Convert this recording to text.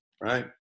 right